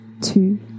two